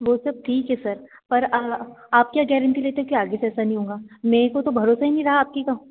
वो सब ठीक है सर पर आप क्या गेरेंटी लेते हो कि आगे से ऐसा नहीं होगा मेरे को तो भरोसा ही नहीं रहा आपकी कम